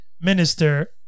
minister